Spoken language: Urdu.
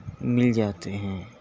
مل جاتے ہیں